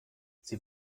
sie